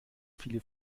viele